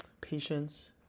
patience